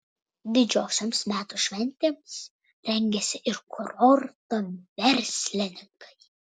didžiosioms metų šventėms rengiasi ir kurorto verslininkai